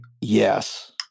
Yes